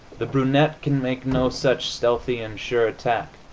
the brunette can make no such stealthy and sure attack.